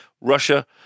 Russia